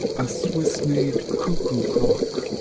a swiss-made cuckoo clock.